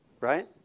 right